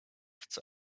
chcę